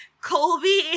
Colby